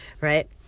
right